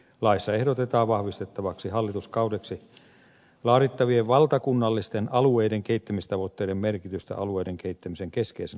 laissa ehdotetaan vahvistettavaksi hallituskaudeksi laadittavien valtakunnallisten alueiden kehittämistavoitteiden merkitystä alueiden kehittämisen keskeisenä asiakirjana